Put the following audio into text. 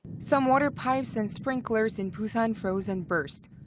some water pipes and sprinklers in busan froze and burst.